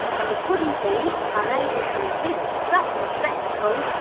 and the puddin'-thieves, unable to resist such a spectacle,